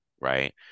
right